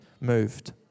moved